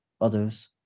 others